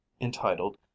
entitled